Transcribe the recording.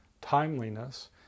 timeliness